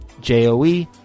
J-O-E